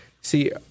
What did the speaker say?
See